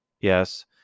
Yes